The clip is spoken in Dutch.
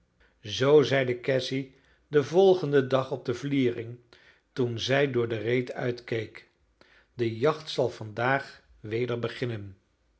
zoo zeide cassy den volgenden dag op de vliering toen zij door de reet uitkeek de jacht zal vandaag weder beginnen